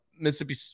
Mississippi